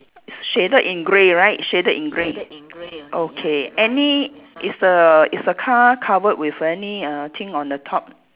shaded in grey right shaded in grey okay any is the is the car covered with any err thing on the top